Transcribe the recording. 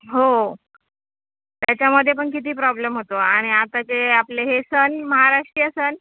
हो त्याच्यामध्ये पण किती प्रॉब्लेम होतो आणि आता ते आपले हे सण महाराष्ट्रीय सण